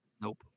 Nope